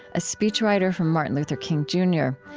a speechwriter for martin luther king, jr.